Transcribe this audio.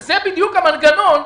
זה בדיוק המנגנון,